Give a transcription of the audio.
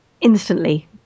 instantly